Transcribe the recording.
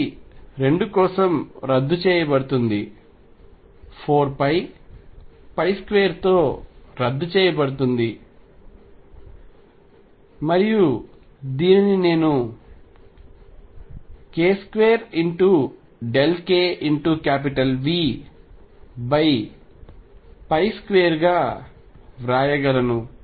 ఇది 2 కోసం రద్దు చేయబడుతుంది 4π 2 తో రద్దు చేయబడుతుంది మరియు దీనిని నేను k2kV2 గా వ్రాయగలను